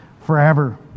forever